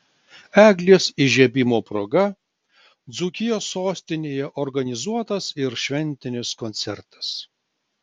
eglės įžiebimo proga dzūkijos sostinėje organizuotas ir šventinis koncertas